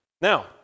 Now